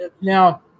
now